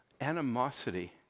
animosity